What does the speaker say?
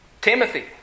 Timothy